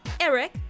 Eric